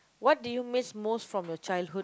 what do you miss most from your childhood